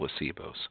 placebos